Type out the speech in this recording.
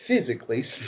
physically